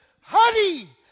Honey